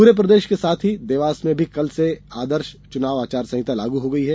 पूरे प्रदेश के साथ ही देवास में भी कल से आदर्श चुनाव आचार संहिता लागू हो गयी है